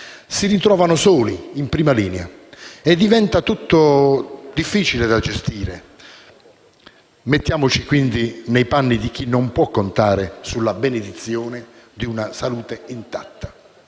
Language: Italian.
si ritrovano soli, in prima linea e diventa tutto difficile da gestire. Mettiamoci, quindi, nei panni di chi non può contare sulla benedizione di una salute intatta.